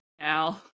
Al